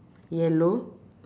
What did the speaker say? yellow